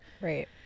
right